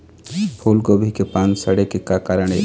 फूलगोभी के पान सड़े के का कारण ये?